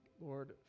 Lord